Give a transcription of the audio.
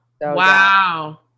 Wow